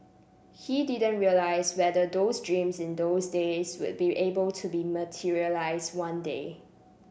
he didn't realise whether those dreams in those days would be able to be materialise one day